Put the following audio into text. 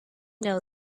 know